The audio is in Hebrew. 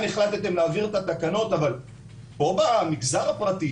החלטתם להעביר את התקנות אבל פה במגזר הפרטי,